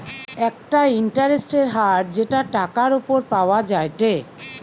একটা ইন্টারেস্টের হার যেটা টাকার উপর পাওয়া যায়টে